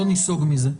לא ניסוג מזה.